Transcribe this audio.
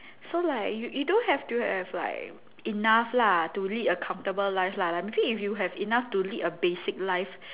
so like you you do have to have like enough lah to lead a comfortable life lah like maybe if you have enough to lead a basic life